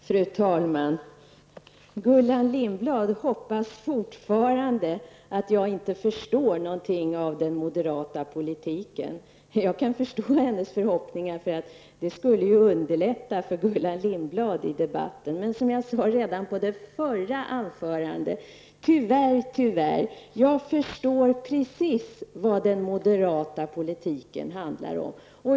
Fru talman! Gullan Lindblad hoppas fortfarande att jag inte förstår någonting av den moderata politiken. Jag kan förstå hennes förhoppning, för det skulle underlätta för Gullan Lindblad i debatten. Men som jag sade redan i mitt förra anförande: Tyvärr, tyvärr, jag förstår precis vad den moderata politiken handlar om.